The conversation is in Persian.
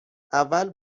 اول